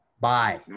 Bye